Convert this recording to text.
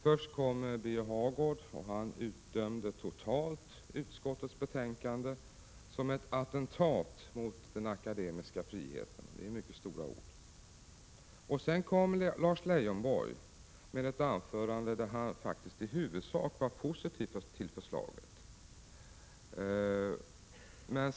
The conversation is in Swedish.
Först utdömde Birger Hagård totalt utskottets betänkande som ett attentat mot den akademiska friheten. Det är mycket stora ord. Sedan kom Lars Leijonborg med ett anförande där han faktiskt i huvudsak var positiv till förslaget.